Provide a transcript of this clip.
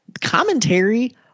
Commentary